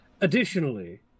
Additionally